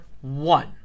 one